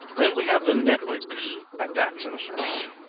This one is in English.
then we have the networks adapters up here,